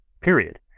Period